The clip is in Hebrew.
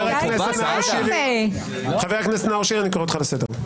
חברת הכנסת קארין אלהרר, אני קורא אותך לסדר.